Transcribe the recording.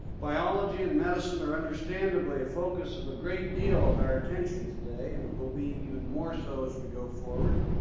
biology and medicine are understandably a focus of a great deal of our attention today, and will be even more so as we go forward.